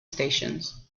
stations